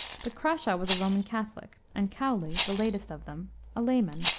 but crashaw was a roman catholic, and cowley the latest of them a layman.